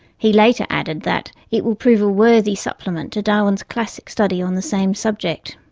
he later added that it will prove a worthy supplement to darwin's classic study on the same subject.